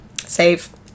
Save